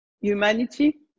humanity